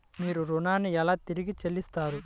మీరు ఋణాన్ని ఎలా తిరిగి చెల్లిస్తారు?